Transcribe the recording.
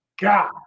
God